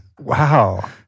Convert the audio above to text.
Wow